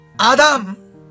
Adam